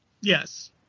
Yes